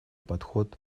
подход